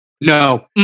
no